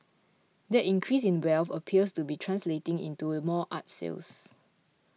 that increase in wealth appears to be translating into more art sales